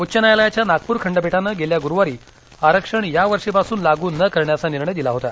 उच्च न्यायालयाच्या नागपूर खंडपीठानं गेल्या गुरुवारी आरक्षण यावर्षीपासून लागू न करण्याचा निर्णय दिला होता